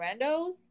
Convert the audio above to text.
randos